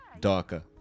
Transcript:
darker